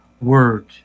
word